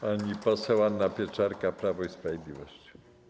Pani poseł Anna Pieczarka, Prawo i Sprawiedliwość.